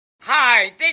Hi